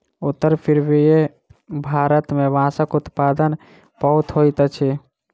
उत्तर पूर्वीय भारत मे बांसक उत्पादन बहुत होइत अछि